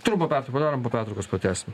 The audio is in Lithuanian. trumpą pertrauką padarom po pertraukos pratęsim